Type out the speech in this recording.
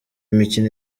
mikino